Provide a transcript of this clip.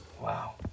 Wow